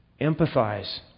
empathize